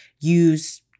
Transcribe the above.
use